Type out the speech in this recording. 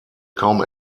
kaum